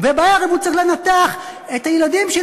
ובערב הוא צריך לנתח את הילדים של